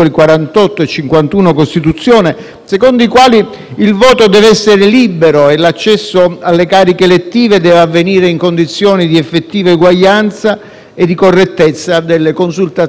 secondo i quali il voto deve essere libero e l'accesso alle cariche elettive deve avvenire in condizioni di effettiva uguaglianza e di correttezza delle consultazioni elettorali.